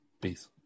peace